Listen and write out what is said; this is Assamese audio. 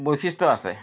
ৰ্বৈশিষ্ট্য আছে